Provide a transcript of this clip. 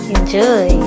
Enjoy